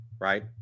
Right